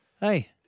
Hey